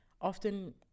often